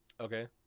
okay